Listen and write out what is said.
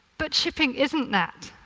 but shipping isn't that.